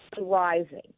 rising